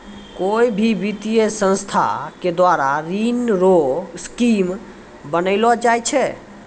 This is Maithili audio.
कोय भी वित्तीय संस्था के द्वारा ऋण रो स्कीम बनैलो जाय छै